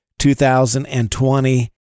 2020